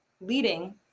leading